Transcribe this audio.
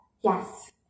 Yes